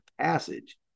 passage